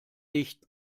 nicht